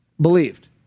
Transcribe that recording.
believed